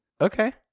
Okay